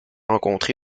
rencontré